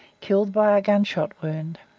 killed by a gunshot wound.